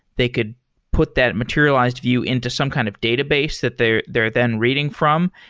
they could put that materialized view into some kind of database that they're they're then reading from.